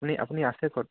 আপুনি আছে ক'ত